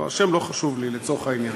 השם לא חשוב לי, לצורך העניין.